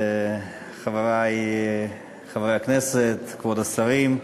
חברי חברי הכנסת, כבוד השרים,